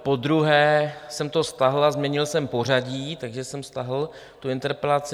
Podruhé jsem to stáhl a změnil jsem pořadí, takže jsem stáhl interpelaci.